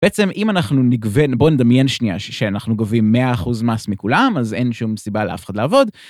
בעצם אם אנחנו נגבה, בואו נדמיין שנייה, שאנחנו גובים מאה אחוז מס מכולם, אז אין שום סיבה לאף אחד לעבוד.